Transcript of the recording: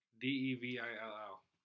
D-E-V-I-L-L